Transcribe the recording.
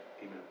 amen